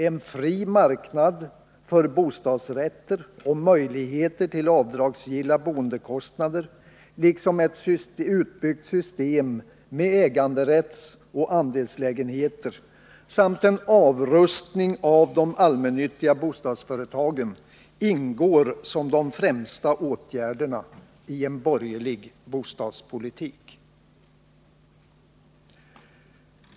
En fri marknad för bostadsrätter, möjligheter till avdragsgilla boendekostnader liksom ett utbyggt system med äganderättsoch andelslägenheter samt en avrustning av de allmännyttiga bostadsföretagen ingår som de främsta åtgärderna i en borgerlig bostadspolitik.